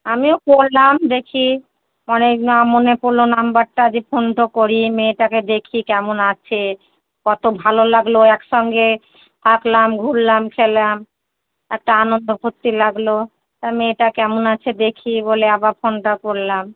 আমিও করলাম দেখি অনেক না মনে পড়লো নম্বরটা আছে ফোনটা করি মেয়েটাকে দেখি কেমন আছে কতো ভালো লাগলো একসঙ্গে থাকলাম ঘুরলাম খেলাম একটা আনন্দ ফুর্তি লাগলো আর মেয়েটা কেমন আছে দেখি বলে আবার ফোনটা করলাম